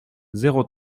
zéro